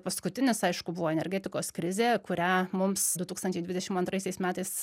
paskutinis aišku buvo energetikos krizė kurią mums du tūkstančiai dvidešim antraisiais metais